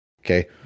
okay